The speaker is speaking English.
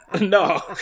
No